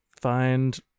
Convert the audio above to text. find